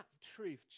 truth